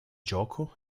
gioco